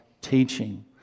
teaching